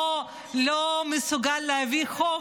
לא מסוגל להביא חוק,